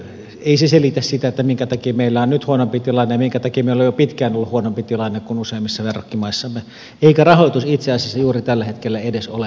ei se selitä sitä minkä takia meillä on nyt huonompi tilanne ja minkä takia meillä on jo pitkään ollut huonompi tilanne kuin useimmissa verrokkimaissamme eikä rahoitus itse asiassa juuri tällä hetkellä edes ole paha pullonkaula